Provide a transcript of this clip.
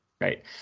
Right